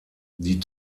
die